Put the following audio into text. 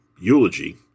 eulogy